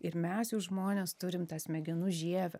ir mes jau žmonės turim tą smegenų žievę